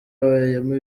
wabayemo